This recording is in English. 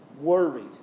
worried